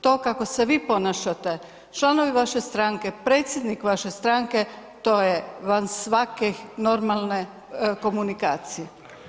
To kako se vi ponašate, članovi vaše stranke, predsjednik vaše stranke, to je van svake normalne komunikacije.